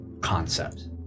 concept